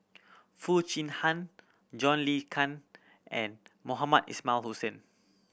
Foo Chee Han John Le Cain and Mohamed Ismail Hussain